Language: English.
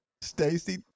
Stacy